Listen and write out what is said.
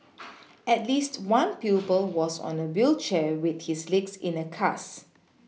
at least one pupil was on a wheelchair with his legs in a cast